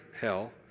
hell